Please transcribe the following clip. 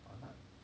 ah 那